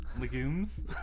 Legumes